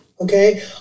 okay